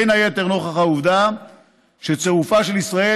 בין היתר לנוכח העובדה שצירופה של ישראל